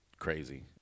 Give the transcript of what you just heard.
Crazy